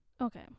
okay